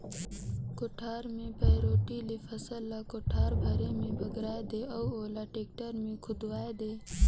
कोठार मे पैरोठी ले फसल ल कोठार भरे मे बगराय दे अउ ओला टेक्टर मे खुंदवाये दे